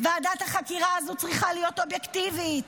--- ועדת החקירה הזו צריכה להיות אובייקטיבית,